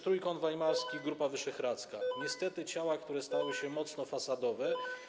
Trójkąt Weimarski, Grupa Wyszehradzka - niestety, ciała, które stały się mocno fasadowe.